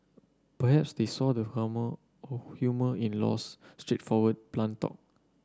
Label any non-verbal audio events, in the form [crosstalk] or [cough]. perhaps they saw the [unintelligible] humour in Low's straightforward blunt talk